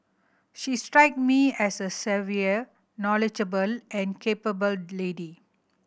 she struck me as a savvy knowledgeable and capable lady